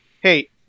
hey